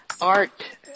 Art